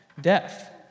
Death